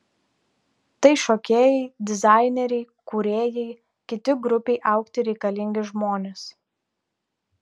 tai šokėjai dizaineriai kūrėjai kiti grupei augti reikalingi žmonės